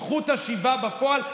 זכות השיבה בפועל.